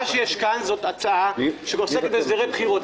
יש כאן הצעה שעוסקת בהסדרי בחירות.